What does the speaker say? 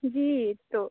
जी तो